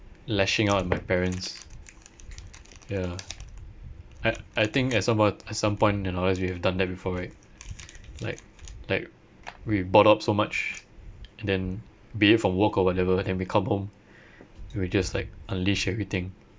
lashing out at my parents ya I I think at some bo~ at some point you know as we have done that before right like like we bottle up so much and then be it from work or whatever and we come home we just like unleash everything